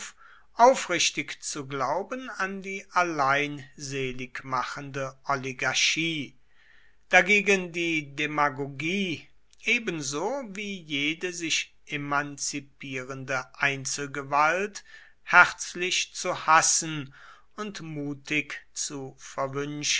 aufrichtig zu glauben an die alleinseligmachende oligarchie dagegen die demagogie ebenso wie jede sich emanzipierende einzelgewalt herzlich zu hassen und mutig zu